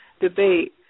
debate